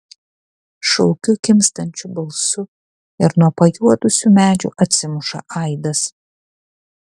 šaukiu kimstančiu balsu ir nuo pajuodusių medžių atsimuša aidas